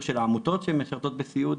או של העמותות שמשרתות בסיעוד,